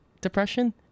depression